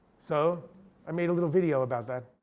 so i made a little video about that.